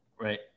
Right